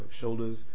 shoulders